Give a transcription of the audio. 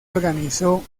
organizó